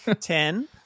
Ten